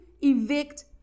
evict